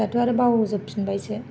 दाथ' आरो बावजोबफिनबायसो